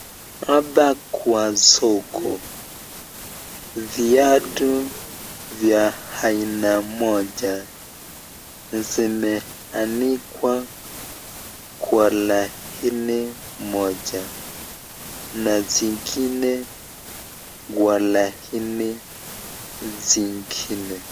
Hapa kwa soko viatu vya aina moja zimeanikwa kwa laini moja na zingine kwa laini zingine.